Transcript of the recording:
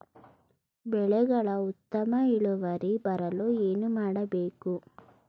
ಬೆಳೆಗಳ ಉತ್ತಮ ಇಳುವರಿ ಬರಲು ಏನು ಮಾಡಬೇಕು?